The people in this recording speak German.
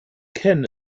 ken